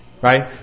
Right